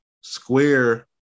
square